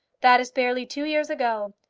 that is barely two years ago.